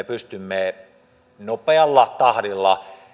pystymme nopealla tahdilla